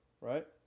right